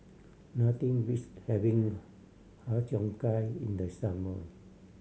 nothing beats having Har Cheong Gai in the summer